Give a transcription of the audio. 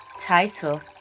Title